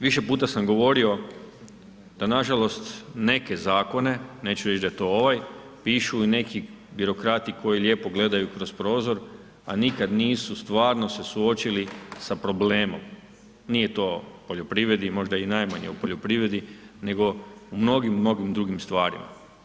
Više puta sam govorio da nažalost neke zakone, neću reći da je to ovaj, pišu i neki birokrati koji lijepo gledaju kroz prozor a nikad nisu stvarno se suočili sa problemom, nije to u poljoprivredi, možda i najmanje u poljoprivredi, nego u mnogim, mnogim drugima stvarima.